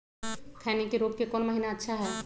खैनी के रोप के कौन महीना अच्छा है?